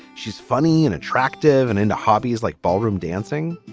she's funny and attractive and into hobbies like ballroom dancing